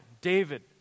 David